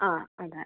അ അതാണ്